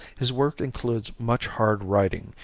his work includes much hard riding,